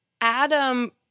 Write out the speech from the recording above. Adam